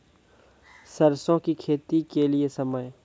सरसों की खेती के लिए समय?